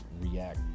React